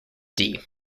dee